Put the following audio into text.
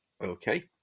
Okay